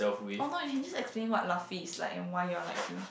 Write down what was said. oh no you can just explain what Luffy is like and why you're like him